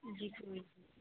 ਜੀ ਕੋਈ ਨਹੀਂ